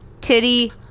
Titty-